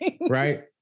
right